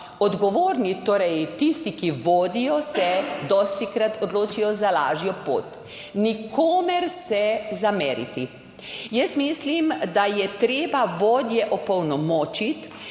odgovorni, torej tisti, ki vodijo, se dostikrat odločijo za lažjo pot. Nikomur se zameriti. Jaz mislim, da je treba vodje opolnomočiti,